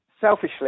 selfishly